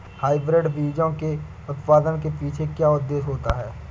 Hybrid बीजों के उत्पादन के पीछे क्या उद्देश्य होता है?